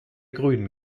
grünen